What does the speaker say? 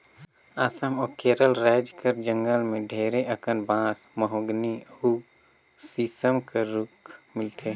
असम अउ केरल राएज कर जंगल में ढेरे अकन बांस, महोगनी अउ सीसम कर रूख मिलथे